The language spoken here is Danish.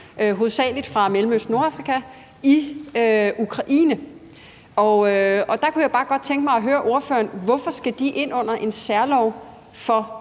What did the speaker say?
hovedsagelig fra Mellemøsten og Nordafrika, som har fået asyl i Ukraine, og der kunne jeg bare godt tænke mig at høre ordføreren om, hvorfor de skal ind under en særlov om